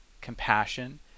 compassion